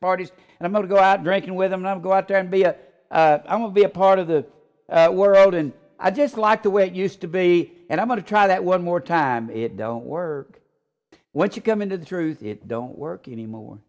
parties and i'm not to go out drinking with them not to go out there and be i will be a part of the world and i just like the way it used to be and i'm going to try that one more time it don't work once you come into the truth it don't work anymore